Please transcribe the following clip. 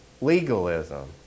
legalism